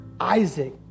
Isaac